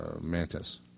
mantis